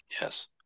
Yes